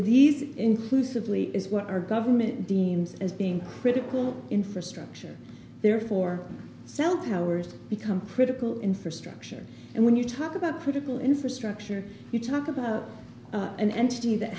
these inclusively is what our government deems as being critter cool infrastructure there for cell towers become critical infrastructure and when you talk about critical infrastructure you talk about an entity that